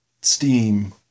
steam